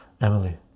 Emily